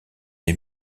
des